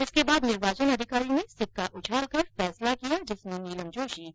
इसके बाद निर्वाचन अधिकारी ने सिक्का उछाल कर फैसला किया जिसमें नीलम जोशी विजयी रही